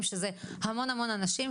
שזה המון אנשים.